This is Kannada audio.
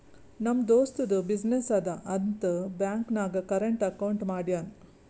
ನಮ್ ದೋಸ್ತದು ಬಿಸಿನ್ನೆಸ್ ಅದಾ ಅಂತ್ ಬ್ಯಾಂಕ್ ನಾಗ್ ಕರೆಂಟ್ ಅಕೌಂಟ್ ಮಾಡ್ಯಾನ್